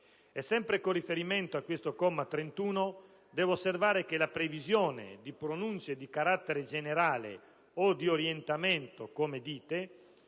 Sempre con riferimento a questo comma 31, devo osservare che la previsione di pronunce di carattere generale (o di «orientamento», come dite),